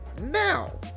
now